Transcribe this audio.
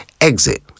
exit